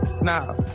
Nah